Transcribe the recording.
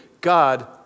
God